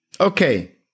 Okay